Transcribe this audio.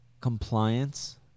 compliance